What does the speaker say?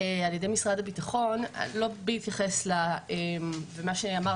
על ידי משרד הביטחון ולהתייחס למה שאמר